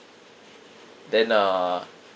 then uh